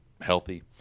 healthy